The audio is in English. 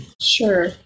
Sure